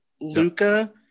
Luca